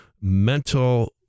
mental